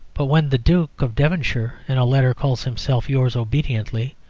but when the duke of devonshire in a letter calls himself yours obediently,